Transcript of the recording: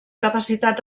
capacitat